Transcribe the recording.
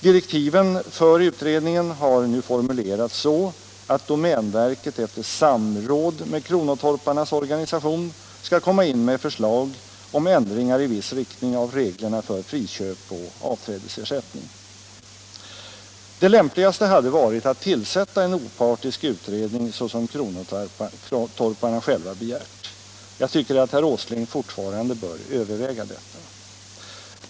Direktiven för utredningen har nu formulerats så, att domänverket efter samråd med kronotorparnas organisation skall komma in med förslag om ändringar i viss riktning av reglerna för friköp och avträdesersättning. Det lämpligaste hade varit att tillsätta en opartisk utredning såsom kronotorparna själva begärt. Jag tycker att herr Åsling fortfarande bör överväga detta.